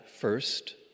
first